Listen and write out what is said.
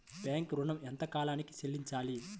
Bank ఋణం ఎంత కాలానికి చెల్లింపాలి?